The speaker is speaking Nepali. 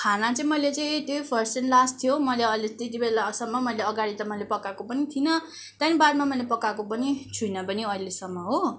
खाना चाहिँ मैले चाहिँ त्यो फर्स्ट एन्ड लास्ट थियो मैले अहिले त्यति बेलासम्म मैले अगाडि त मैले पकाएको पनि थिइनँ त्यही बादमा मैले पकाएको पनि छुइनँ पनि अहिलेसम्म हो